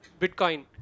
Bitcoin